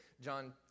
John